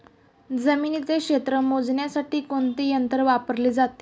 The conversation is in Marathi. जमिनीचे क्षेत्र मोजण्यासाठी कोणते यंत्र वापरले जाते?